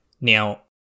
Now